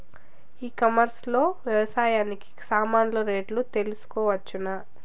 ఈ కామర్స్ లో వ్యవసాయానికి సామాన్లు రేట్లు తెలుసుకోవచ్చునా?